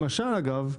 אגב,